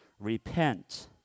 Repent